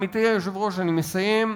עמיתי היושב-ראש, אני מסיים.